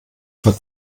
für